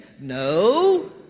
No